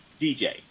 DJ